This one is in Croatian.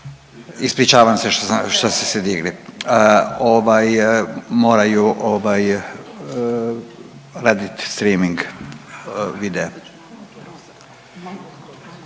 ispričavam se što ste se digli, ovaj moraju ovaj raditi streaming videa.